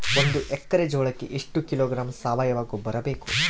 ಒಂದು ಎಕ್ಕರೆ ಜೋಳಕ್ಕೆ ಎಷ್ಟು ಕಿಲೋಗ್ರಾಂ ಸಾವಯುವ ಗೊಬ್ಬರ ಬೇಕು?